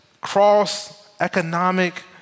cross-economic